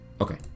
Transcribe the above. Okay